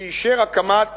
שאישר הקמת